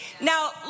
Now